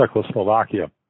Czechoslovakia